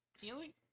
healing